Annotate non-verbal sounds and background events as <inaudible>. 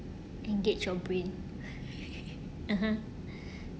engage your brain <laughs> ah ha